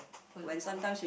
to the world